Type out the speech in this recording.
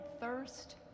thirst